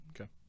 Okay